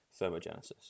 Thermogenesis